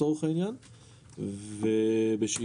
ואז זה